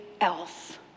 else